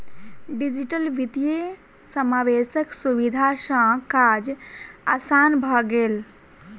digital वित्तीय समावेशक सुविधा सॅ काज आसान भ गेल